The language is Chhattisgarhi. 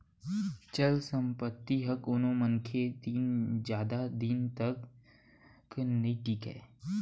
चल संपत्ति ह कोनो मनखे तीर जादा दिन तक नइ टीकय